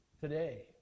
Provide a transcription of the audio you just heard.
today